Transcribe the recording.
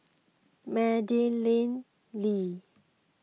Madeleine Lee